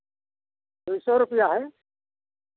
दुई सौ रुपैया हइ